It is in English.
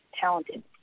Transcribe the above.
talented